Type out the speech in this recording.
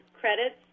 credits